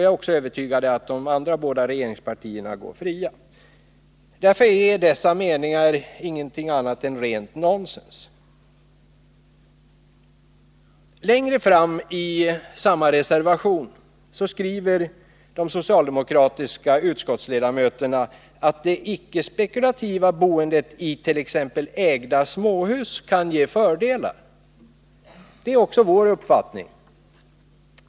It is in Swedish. Jag är också övertygad om att de båda andra regeringspartierna går fria. Därför är dessa meningar ingenting annat än rent nonsens. Längre fram i samma reservation skriver de socialdemokratiska utskottsledamöterna att det icke-spekulativa boendet i t.ex. ägda småhus kan ge fördelar. Det är också vår uppfattning.